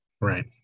right